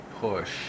push